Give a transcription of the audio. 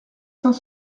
saint